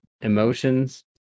emotions